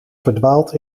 verdwaalt